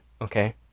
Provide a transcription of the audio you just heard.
okay